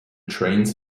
trains